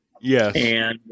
Yes